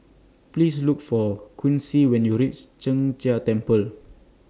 Please Look For Quincy when YOU REACH Sheng Jia Temple